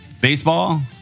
baseball